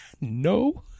no